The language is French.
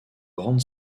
grande